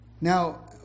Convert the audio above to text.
Now